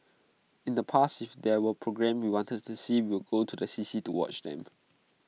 in the past if there were programmes we wanted to see we would go to the C C to watch them